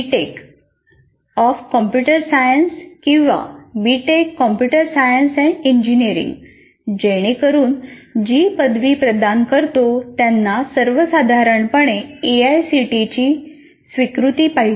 take of computer science किंवा B tech computer science and engineering जेणेकरून आपण जी पदवी प्रदान करतो त्यांना सर्वसाधारणपणे एआयसीटीई ची स्वीकृती पाहिजे